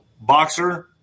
Boxer